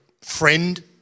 friend